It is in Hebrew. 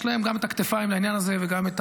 שיש להם גם את הכתפיים לעניין הזה וגם את